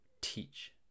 Teach